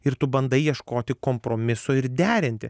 ir tu bandai ieškoti kompromiso ir derinti